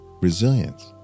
resilience